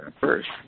first